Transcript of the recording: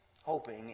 hoping